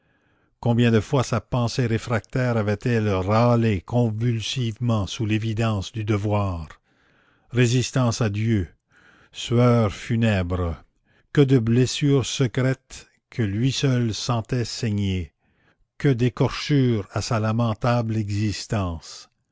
combien de fois sa pensée réfractaire avait-elle râlé convulsivement sous l'évidence du devoir résistance à dieu sueurs funèbres que de blessures secrètes que lui seul sentait saigner que d'écorchures à sa lamentable existence